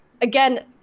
Again